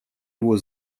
его